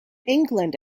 england